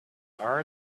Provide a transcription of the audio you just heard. are